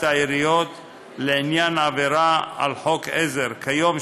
העיריות לעניין עבירה על חוק עזר כיום,